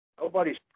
Nobody's